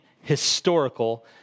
historical